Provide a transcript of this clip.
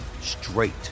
straight